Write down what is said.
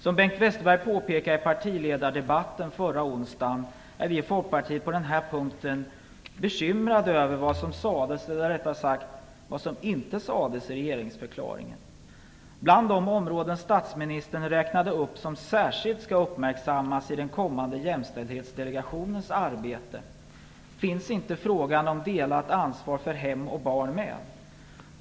Som Bengt Westerberg påpekade i partiledardebatten förra onsdagen är vi på den här punkten bekymrade över vad som sades, eller rättare sagt vad som inte sades, i regeringsförklaringen. Bland de områden som statsministern räknade upp som särskilt skall uppmärksammas i den kommande jämställdhetsdelegationens arbete finns inte frågan om delat ansvar för hem och barn med.